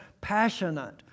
passionate